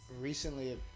recently